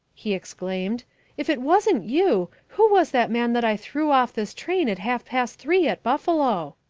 he exclaimed if it wasn't you, who was that man that i threw off this train at half-past three at buffalo?